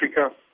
Africa